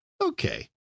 Okay